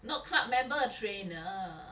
not club member trainer